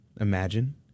Imagine